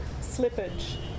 Slippage